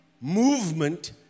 movement